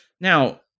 Now